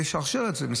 יש שרשרת שלמה.